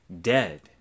dead